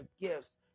gifts